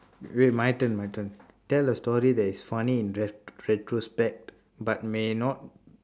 wait my turn my turn tell a story that is funny in ret~ retrospect but may not